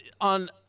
on